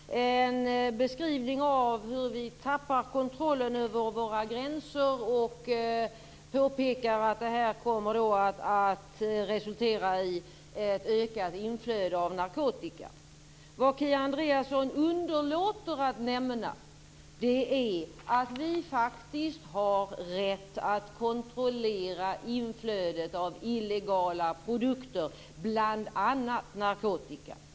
Fru talman! Kia Andreasson gjorde inledningsvis en beskrivning av hur vi tappar kontrollen över våra gränser och påpekade att detta kommer att resultera i ett ökat inflöde av narkotika. Vad Kia Andreasson underlåter att nämna är att vi faktiskt har rätt att kontrollera inflödet av illegala produkter, bl.a. narkotika.